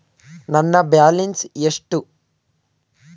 ನನ್ನ ಬ್ಯಾಲೆನ್ಸ್ ಎಷ್ಟು?